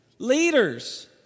Leaders